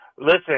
Listen